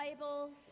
Bibles